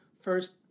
First